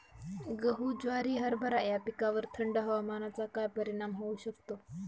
गहू, ज्वारी, हरभरा या पिकांवर थंड हवामानाचा काय परिणाम होऊ शकतो?